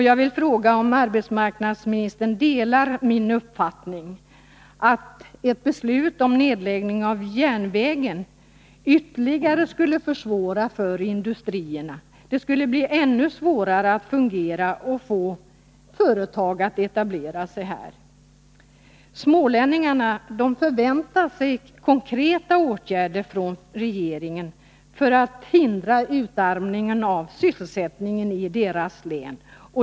Jag vill fråga om arbetsmarknadsministern delar min uppfattning, att ett beslut om nedläggning av järnvägen ytterligare skulle försvåra situationen för industrierna — det skulle bli ännu svårare att fungera och få företag att etablera sig där. Smålänningarna förväntar sig konkreta åtgärder från regeringen för att hindra utarmningen av sysselsättningen i deras län.